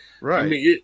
Right